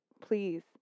Please